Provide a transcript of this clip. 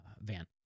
van